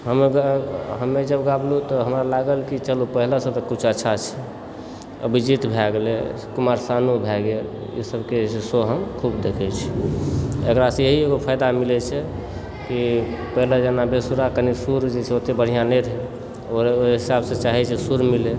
हमे जब गाबलुँ तऽ हमरा लागल कि चलु पहिलेसँ तऽ कुछ अच्छा छै अभिजीत भए गेलय कुमार शानु भए गेल ई सभके जे छै से शो हम खुब देखय छी एकरा से यही एगो फायदा मिलय छै कि पहिले जेना बेसुरा कनी सुर जे छै ओतेए बढिआँ नहि रहय ओहि हिसाबसँ चाहय छी सुर मिलय